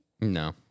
No